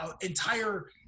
entire